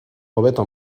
hobeto